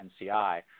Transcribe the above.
NCI